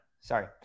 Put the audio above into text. sorry